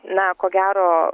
na ko gero